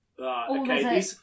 Okay